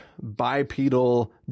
bipedal